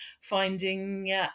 finding